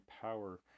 power